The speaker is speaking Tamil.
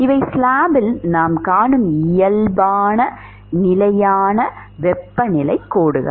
இவை ஸ்லாப்பில் நாம் காணும் நிலையான வெப்பநிலை கோடுகள்